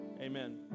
amen